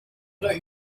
oder